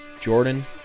Jordan